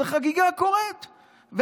אז החגיגה קורית,